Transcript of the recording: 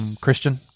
Christian